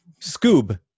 Scoob